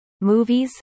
movies